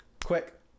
quick